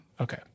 Okay